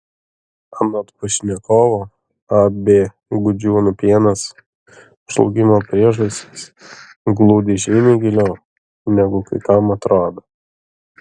anot pašnekovo ab gudžiūnų pienas žlugimo priežastys glūdi žymiai giliau negu kai kam atrodo